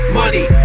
money